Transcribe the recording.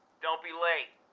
don't be late!